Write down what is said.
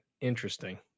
interesting